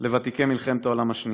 לוותיקי מלחמת העולם השנייה.